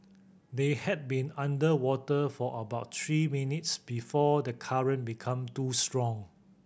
they had been underwater for about three minutes before the current become too strong